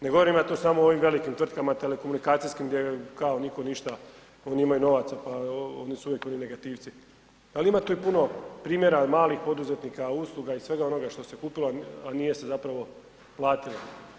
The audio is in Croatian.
Ne govorim ja tu samo o ovim velikim tvrtkama telekomunikacijskim gdje kao nitko ništa oni kao imaju novaca pa oni su uvijek oni negativci, ali ima tu i puno primjera malih poduzetnika, usluga i svega onoga što se kupilo, a nije se zapravo platilo.